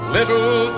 Little